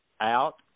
out